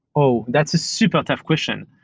oh! that's a super tough question.